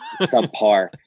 subpar